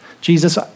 Jesus